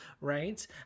right